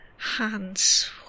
Hands